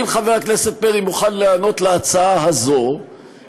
אם חבר הכנסת פרי מוכן להיענות להצעה הזאת,